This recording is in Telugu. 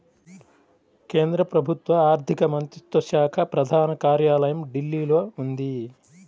కేంద్ర ప్రభుత్వ ఆర్ధిక మంత్రిత్వ శాఖ ప్రధాన కార్యాలయం ఢిల్లీలో ఉంది